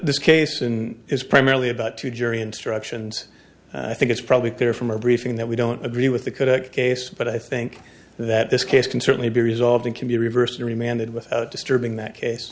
this case in is primarily about two jury instructions i think it's probably clear from a briefing that we don't agree with the correct case but i think that this case can certainly be resolved and can be reversed and remanded without disturbing that case